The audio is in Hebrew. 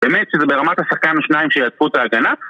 באמת שזה ברמת השחקן או שניים שיעקפו את ההגנה?